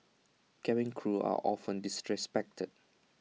cabin crew are often disrespected